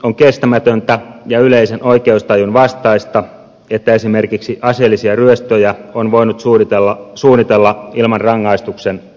on kestämätöntä ja yleisen oikeustajun vastaista että esimerkiksi aseellisia ryöstöjä on voinut suunnitella ilman rangaistuksen uhkaa